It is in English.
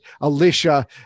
Alicia